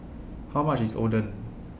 How much IS Oden